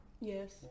Yes